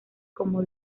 como